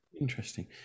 interesting